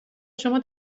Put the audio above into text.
شما